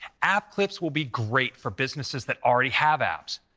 app clips will be great for businesses that already have apps.